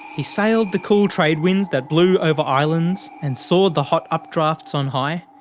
he sailed the cool trade winds, that blew over islands and soared the hot updrafts on high.